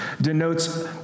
denotes